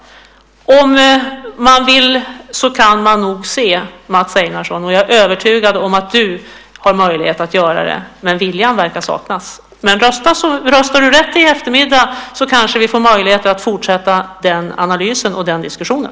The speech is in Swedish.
Om man vill så kan man nog se, Mats Einarsson. Och jag är övertygad om att du har möjlighet att göra det, men viljan verkar saknas. Men röstar du rätt i eftermiddag kanske vi får möjligheter att fortsätta den analysen och den diskussionen.